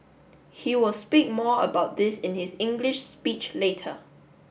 he will speak more about this in his English speech later